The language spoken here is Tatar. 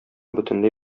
бөтенләй